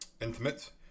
intimate